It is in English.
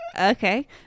okay